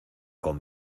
con